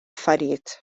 affarijiet